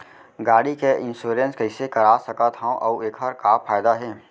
गाड़ी के इन्श्योरेन्स कइसे करा सकत हवं अऊ एखर का फायदा हे?